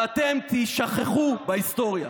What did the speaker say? ואתם תישכחו בהיסטוריה.